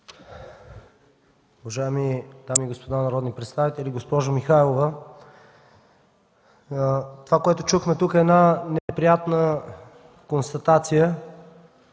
добре.